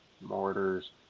mortars